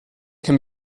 can